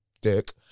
dick